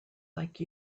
like